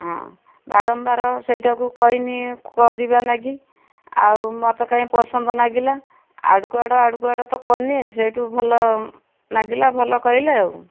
ହଁ ବାରମ୍ବାର ସେଇଟାକୁ କଇନି କରିବା ଲାଗି ଆଉ ମୋତେ କାହିଁ ପସନ୍ଦ ନାଗିଲା ଆଡ଼କୁ ଆଡ଼ ଆଡ଼କୁ ଆଡ଼ ତ କଲି ସେଇଠୁ ଭଲ ଲାଗିଲା ଭଲ କହିଲେ ଆଉ